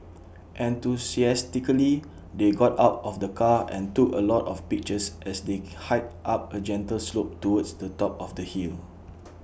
enthusiastically they got out of the car and took A lot of pictures as they hiked up A gentle slope towards the top of the hill